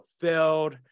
fulfilled